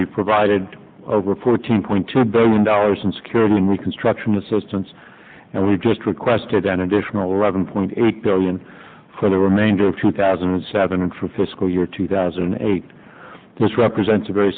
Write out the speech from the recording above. we provided over fourteen point two billion dollars in security in reconstruction assistance and we just requested an additional revenue point eight billion for the remainder of two thousand and seven and for fiscal year two thousand and eight this represents a very